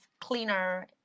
cleaner